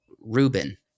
Ruben